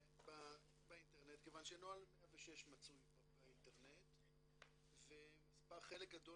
באינטרנט מכוון שנוהל 106 מצוי באינטרנט וחלק גדול